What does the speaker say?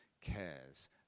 cares